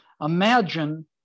Imagine